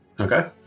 Okay